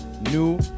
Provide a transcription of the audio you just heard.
new